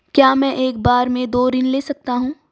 क्या मैं एक बार में दो ऋण ले सकता हूँ?